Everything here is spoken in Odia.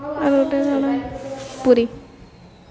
ଆଉ ଗୋଟେ କ'ଣ ପୁରୀ